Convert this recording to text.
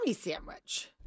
sandwich